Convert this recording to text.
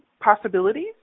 possibilities